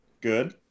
Good